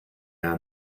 are